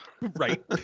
Right